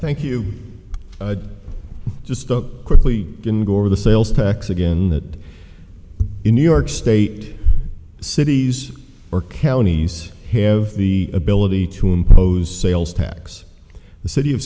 thank you and just look quickly go over the sales tax again that in new york state cities are counties have the ability to impose sales tax the city of